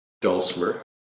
dulcimer